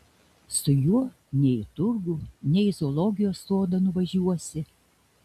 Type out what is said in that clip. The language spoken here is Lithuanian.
su juo nei į turgų nei į zoologijos sodą nuvažiuosi